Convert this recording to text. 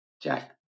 Jack